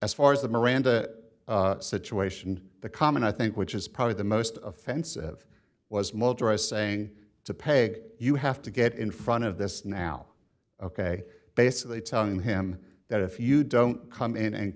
as far as the miranda that situation the common i think which is probably the most offensive was motorists saying to pay you have to get in front of this now ok basically telling him that if you don't come in and